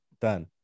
done